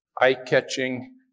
eye-catching